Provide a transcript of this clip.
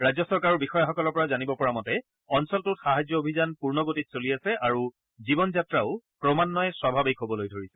ৰাজ্য চৰকাৰৰ বিষয়াসকলৰ পৰা জানিব পৰা মতে অঞ্চলটোত সাহায্য অভিযান পূৰ্ণ গতিত চলি আছে আৰু জীৱন যাত্ৰাও ক্ৰমান্বয়ে স্বাভাৱিক হ'বলৈ ধৰিছে